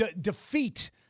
defeat